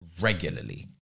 regularly